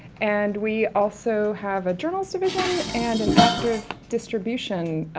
and we also have a journalist division and an active distribution, ah,